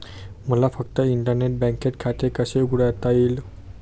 मला फक्त इंटरनेट बँकेत खाते कसे उघडता येईल?